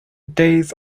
days